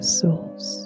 soul's